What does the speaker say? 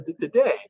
today